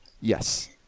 Yes